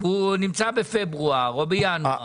והוא נמצא בפברואר או בינואר